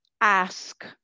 ask